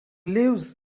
lives